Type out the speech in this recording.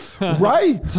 right